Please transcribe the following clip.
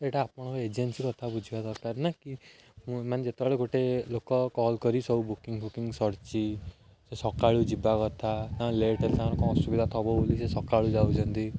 ସେଇଟା ଆପଣଙ୍କ ଏଜେନ୍ସି କଥା ବୁଝିବା ଦରକାର ନା କି ମୁଁ ମାନେ ଯେତେବେଳେ ଗୋଟେ ଲୋକ କଲ୍ କରି ସବୁ ବୁକିଙ୍ଗ ଫୁକିଙ୍ଗ୍ ସରିଛି ସେ ସକାଳୁ ଯିବା କଥା ତା ଲେଟ୍ ହେଲେ ତାର କ'ଣ ଅସୁବିଧା ଥିବ ବୋଲି ସେ ସକାଳୁ ଯାଉଛନ୍ତି